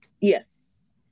Yes